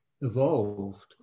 evolved